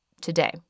today